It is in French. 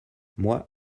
moi